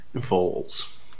falls